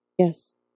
Yes